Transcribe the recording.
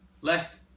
lest